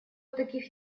таких